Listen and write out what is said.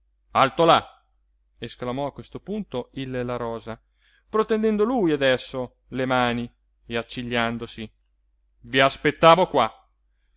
là esclamò a questo punto il la rosa protendendo lui adesso le mani e accigliandosi i aspettavo qua